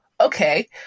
okay